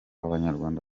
abanyarwanda